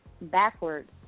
backwards